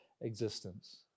existence